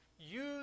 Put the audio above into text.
use